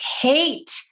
hate